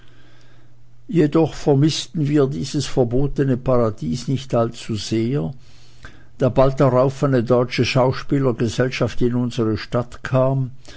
jedoch vermißten wir dies verbotene paradies nicht allzusehr da bald darauf eine deutsche schauspielergesellschaft in unsere stadt kam